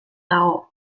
dago